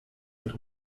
mit